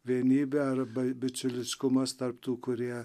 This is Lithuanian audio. vienybė arba bičiuliškumas tarp tų kurie